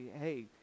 hey